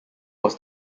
was